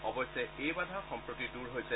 অৱশ্যে এই বাধা সম্প্ৰতি দূৰ হৈছে